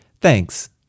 Thanks